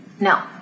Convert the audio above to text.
No